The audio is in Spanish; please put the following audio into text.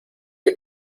que